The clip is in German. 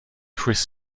chris